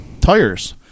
tires